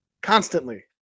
Constantly